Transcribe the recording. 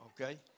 okay